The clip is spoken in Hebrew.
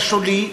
לשולי,